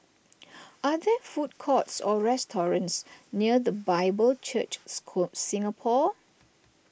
are there food courts or restaurants near the Bible Church score Singapore